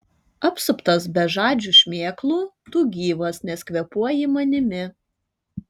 apsuptas bežadžių šmėklų tu gyvas nes kvėpuoji manimi